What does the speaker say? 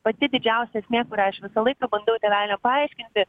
pati didžiausia esmė kurią aš visą laiką bandau tėveliam paaiškinti